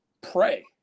pray